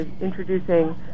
introducing